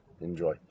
Enjoy